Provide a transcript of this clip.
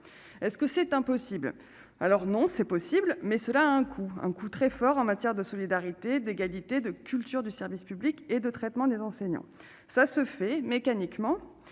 est ce que c'est impossible, alors non, c'est possible, mais cela a un coût, un coût très fort en matière de solidarité et d'égalité de culture du service public et de traitements des enseignants, ça se fait mécaniquement,